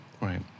Right